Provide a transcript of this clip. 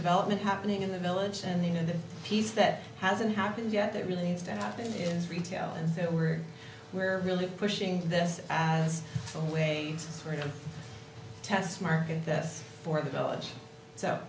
development happening in the village and you know the piece that hasn't happened yet that really needs to happen is retail and so we're we're really pushing this as some way we're going to test market this for the village so